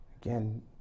Again